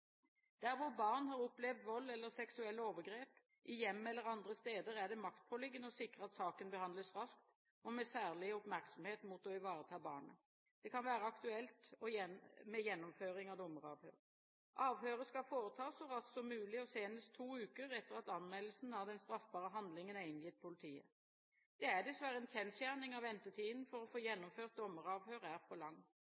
barn har opplevd vold eller seksuelle overgrep, i hjemmet eller andre steder, er det maktpåliggende å sikre at saken behandles raskt, og med særlig oppmerksomhet på å ivareta barnet. Det kan være aktuelt med gjennomføring av dommeravhør. Avhøret skal foretas så raskt som mulig, og senest to uker etter at anmeldelsen av den straffbare handlingen er inngitt politiet. Det er dessverre en kjensgjerning at ventetiden for å få